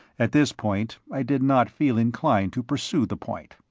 at this point i did not feel inclined to pursue the point.